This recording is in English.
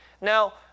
Now